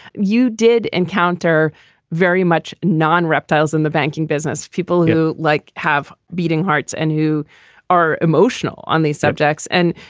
you did encounter very much non reptile's in the banking business. people who like have beating hearts and who are emotional on these subjects. and,